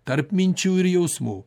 tarp minčių ir jausmų